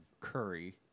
curry